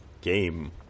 game